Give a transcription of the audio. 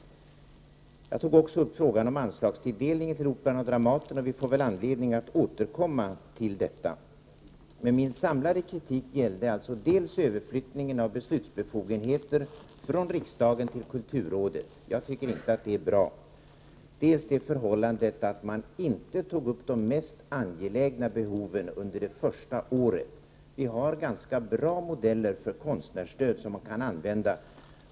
Jag tog också upp frågan om anslagstilldelningen till Operan och Dramaten. Vi får väl anledning att återkomma till de frågorna. Min samlade kritik gällde alltså dels överflyttningen av beslutsfunktioner från riksdagen till kulturrådet — jag tycker inte att det är bra —, dels det förhållandet att regeringen under det första året inte prioriterar de mest angelägna behoven. Vi har ganska bra modeller för konstnärsstöd, som kan användas.